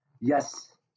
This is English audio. Yes